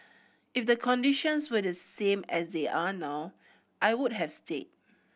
if the conditions were the same as they are now I would have stayed